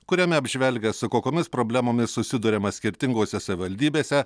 kuriame apžvelgia su kokiomis problemomis susiduriama skirtingose savivaldybėse